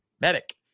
Medic